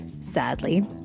sadly